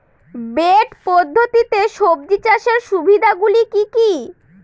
Bed পদ্ধতিতে সবজি চাষের সুবিধাগুলি কি কি?